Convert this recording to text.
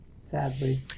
Sadly